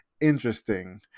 interesting